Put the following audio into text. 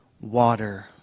water